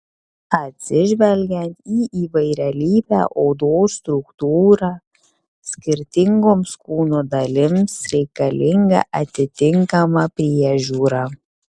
atsižvelgiant į įvairialypę odos struktūrą skirtingoms kūno dalims reikalinga atitinkama priežiūra